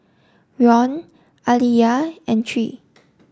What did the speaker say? Ron Aliyah and Tre